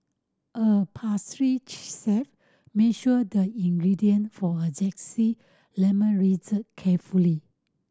a pastry chef measured the ingredient for a lemon carefully